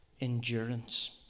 endurance